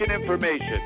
information